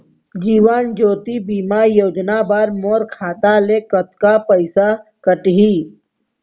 जीवन ज्योति बीमा योजना बर मोर खाता ले कतका पइसा कटही?